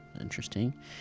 Interesting